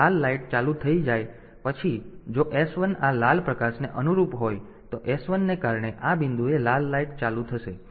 તેથી એકવાર આ લાલ લાઈટ ચાલુ થઈ જાય પછી જો s1 આ લાલ પ્રકાશને અનુરૂપ હોય તો s1 ને કારણે આ બિંદુએ લાલ લાઈટ ચાલુ છે